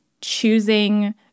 choosing